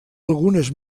algunes